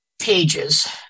pages